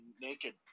naked